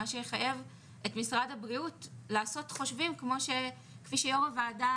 זה יחייב את משרד הבריאות לעשות חושבים כפי שיושבת-ראש הוועדה